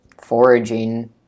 foraging